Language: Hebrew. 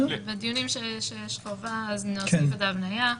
בדיונים שיש חובה, נוסיף את ההבניה.